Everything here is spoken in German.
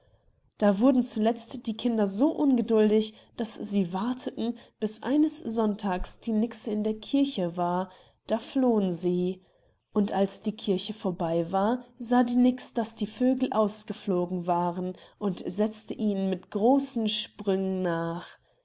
da wurden zuletzt die kinder so ungeduldig daß sie warteten bis eines sonntags die nixe in der kirche war da flohen sie und als die kirche vorbei war sah die nix daß die vögel ausgeflogen waren und setzte ihnen mit großen sprüngen nach